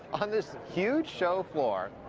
on this huge show floor.